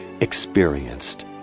experienced